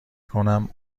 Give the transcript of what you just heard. کنم